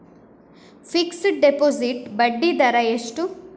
Fixed deposit ಬಡ್ಡಿ ದರ ಎಷ್ಟು?